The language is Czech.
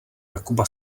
jakuba